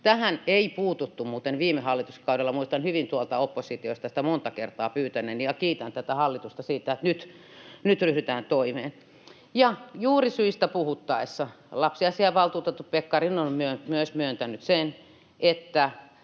Tähän ei muuten puututtu viime hallituskaudella. Muistan hyvin tuolta oppositiosta sitä monta kertaa pyytäneeni, ja kiitän tätä hallitusta siitä, että nyt ryhdytään toimeen. Juurisyistä puhuttaessa lapsiasiainvaltuutettu Pekkarinen on myös myöntänyt, että